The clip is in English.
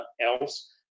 else